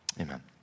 Amen